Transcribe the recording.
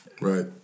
Right